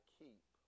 keep